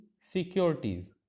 securities